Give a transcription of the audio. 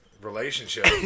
relationship